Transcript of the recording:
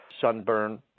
sunburn